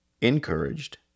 Encouraged